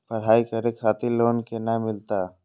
पढ़ाई करे खातिर लोन केना मिलत?